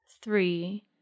three